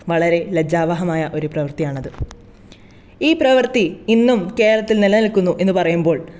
വളരെ ലജ്ജാവഹമായ ഒരു പ്രവൃത്തിയാണത് ഈ പ്രവൃത്തി ഇന്നും കേരളത്തിൽ നിലനിൽക്കുന്നു എന്നു പറയുമ്പോൾ